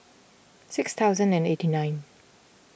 six thousand and eighty nine